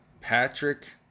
Patrick